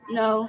no